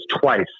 twice